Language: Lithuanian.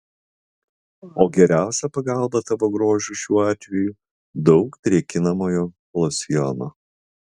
o geriausia pagalba tavo grožiui šiuo atveju daug drėkinamojo losjono